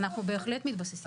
אנחנו בהחלט מתבססים.